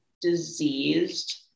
diseased